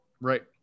right